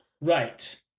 right